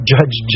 Judge